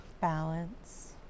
Balance